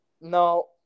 No